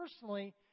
personally